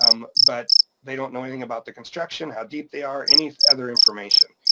um but they don't know anything about the construction, how deep they are, any other information.